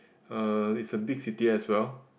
uh is a big city as well